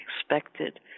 expected